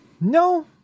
No